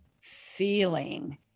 feeling